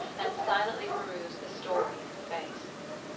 and silently perused the story in her face.